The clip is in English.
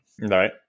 right